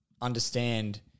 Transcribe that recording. understand